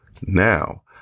Now